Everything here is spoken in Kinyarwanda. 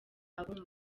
abumva